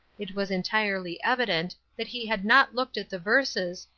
it was entirely evident that he had not looked at the verses,